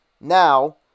Now